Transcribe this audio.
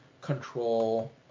control